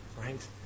right